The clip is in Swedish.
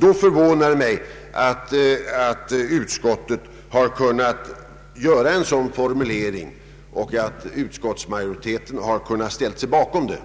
Det förvånar mig då att utskottet har kunnat göra en sådan formulering som jag här angett och att utskottsmajoriteten har kunnat ställa sig bakom den.